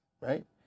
right